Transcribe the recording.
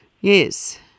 Yes